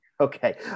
okay